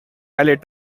ballet